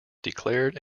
declared